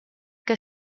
que